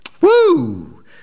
Woo